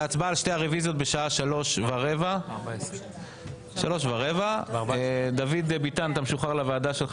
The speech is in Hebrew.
ההצבעה על שתי הרביזיות בשעה 15:15. דוד ביטן אתה משוחרר לוועדה שלך,